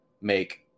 make